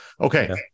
Okay